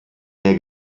mehr